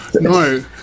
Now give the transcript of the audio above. No